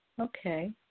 okay